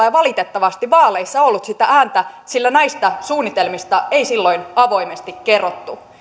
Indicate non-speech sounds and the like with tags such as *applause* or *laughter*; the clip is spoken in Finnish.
*unintelligible* ei valitettavasti vaaleissa ollut sitä ääntä sillä näistä suunnitelmista ei silloin avoimesti kerrottu